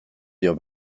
dio